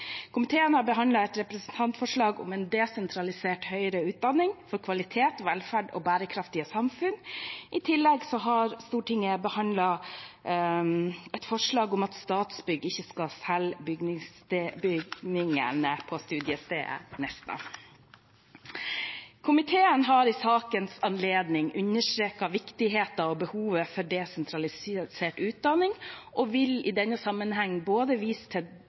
Komiteen har behandlet et representantforslag om en desentralisert høyere utdanning for kvalitet, velferd og bærekraftige samfunn. I tillegg har Stortinget behandlet et forslag om at Statsbygg ikke skal selge bygningene på studiestedet Nesna. Komiteen har i sakens anledning understreket viktigheten av og behovet for desentralisert utdanning, og vil i denne sammenheng både vise til